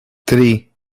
tri